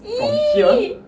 !ee!